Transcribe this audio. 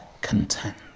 content